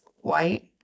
white